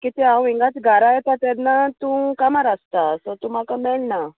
कित्या हांव हिंगाच घारा येता तेन्ना तूं कामार आसता सो तूं म्हाका मेळना